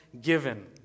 given